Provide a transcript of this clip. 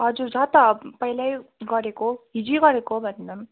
हजुर छ त पहिल्यै गरेको हिजै गरेको भन्दा पनि